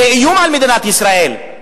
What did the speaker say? זה איום על מדינת ישראל.